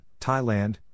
Thailand